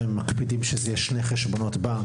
מקפידים שזה יהיה בשני חשבונות בנק,